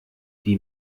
die